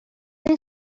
این